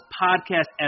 podcast